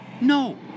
No